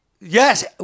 Yes